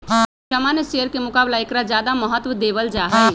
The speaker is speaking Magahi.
सामान्य शेयर के मुकाबला ऐकरा ज्यादा महत्व देवल जाहई